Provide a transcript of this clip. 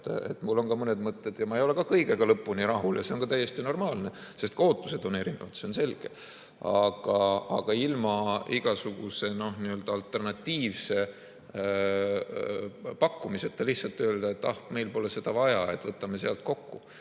Mul on ka mõned mõtted ja ma ei ole ka kõigega lõpuni rahul, aga see on täiesti normaalne. Ootused on erinevad, see on selge. Aga ilma igasuguse alternatiivse pakkumiseta lihtsalt öelda, et meil pole seda vaja, et hoiame sealt kokku